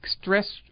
stress